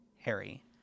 Harry